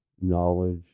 knowledge